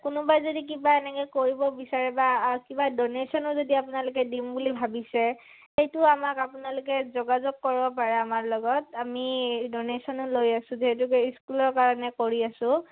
কোনোবাই যদি কিবা এনেকৈ কৰিব বিচাৰে বা কিবা ডনেশ্যনো যদি আপোনালোকে দিম বুলি ভাবিছে সেইটো আমাক আপোনালোকে যোগাযোগ কৰিব পাৰে আমাৰ লগত আমি ডনেশ্যনো লৈ আছোঁ যিহেতুকে স্কুলৰ কাৰণে কৰি আছোঁ